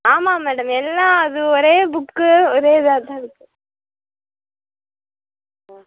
ஆமாம் மேடம் எல்லா அது ஒரே புக்கு ஒரே இதாக தான் இருக்கு ஆ